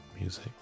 music